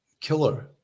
killer